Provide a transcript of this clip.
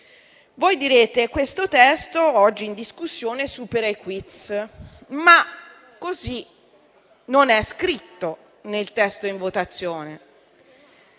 Voi direte che questo testo oggi in discussione supera i *quiz*, ma così non è scritto nel provvedimento